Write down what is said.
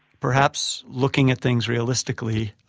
perhaps looking at things realistically,